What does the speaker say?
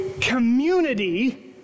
community